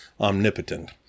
omnipotent